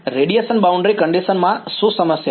હા radiation boundary condition માં શું સમસ્યા છે